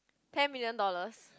ten million dollars